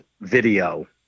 video